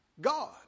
God